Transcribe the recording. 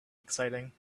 exciting